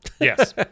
Yes